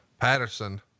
Patterson